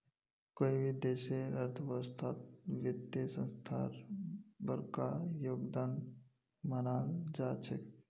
कोई भी देशेर अर्थव्यवस्थात वित्तीय संस्थार बडका योगदान मानाल जा छेक